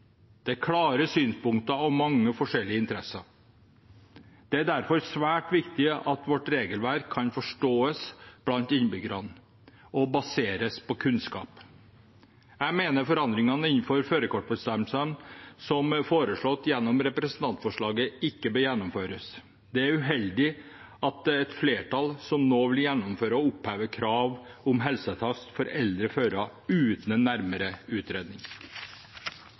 Det er klare synspunkter og mange forskjellige interesser. Det er derfor svært viktig at vårt regelverk kan forstås blant innbyggerne, og at det baseres på kunnskap. Jeg mener forandringene innenfor førerkortbestemmelsene som er foreslått gjennom det ene representantforslaget, ikke bør gjennomføres. Det er uheldig at et flertall nå vil gjennomføre å oppheve krav om helseattest for eldre førere, uten en nærmere utredning.